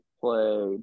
play –